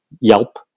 Yelp